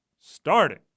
starting